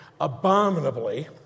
abominably